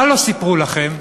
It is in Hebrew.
מה לא סיפרו לכם?